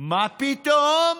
מה פתאום.